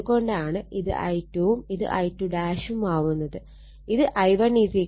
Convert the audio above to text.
അത് കൊണ്ടാണ് ഇത് I2 വും ഇത് I2ഉം ആവുന്നത്